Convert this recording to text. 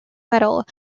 medal